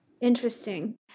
Interesting